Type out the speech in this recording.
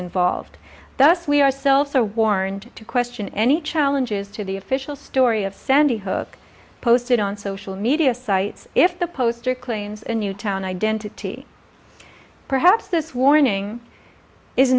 involved thus we ourselves are warned to question any challenges to the official story of sandy hook posted on social media sites if the poster claims and new town identity perhaps this warning is